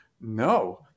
No